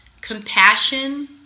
compassion